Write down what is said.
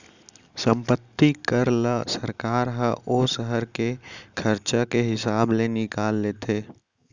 संपत्ति कर ल सरकार ह ओ सहर के खरचा के हिसाब ले निकाल के लेथे